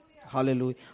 Hallelujah